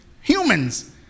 humans